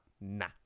nah